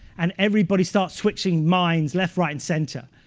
and everybody starts switching minds left, right, and center.